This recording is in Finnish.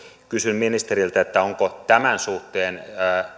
kysyn ministeriltä onko tämän suhteen